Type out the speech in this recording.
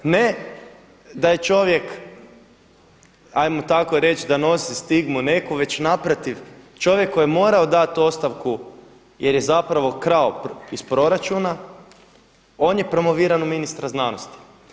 Ne da je čovjek ajmo tako reći da nosi stigmu neku već naprotiv, čovjek koji je morao dati ostavku jer je zapravo krao iz proračuna on je promoviran u ministra znanosti.